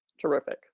terrific